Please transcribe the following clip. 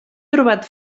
trobat